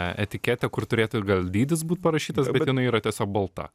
etiketę kur turėtų ir gal dydis būti parašytas bet jinai yra tiesiog balta